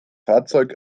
fahrzeug